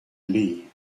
lee